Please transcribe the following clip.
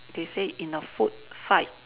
they say in a food fight